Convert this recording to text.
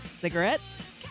cigarettes